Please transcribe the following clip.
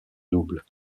double